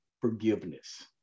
forgiveness